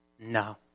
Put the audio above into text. No